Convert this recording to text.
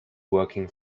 working